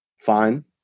fine